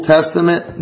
Testament